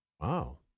Wow